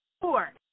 four